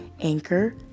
Anchor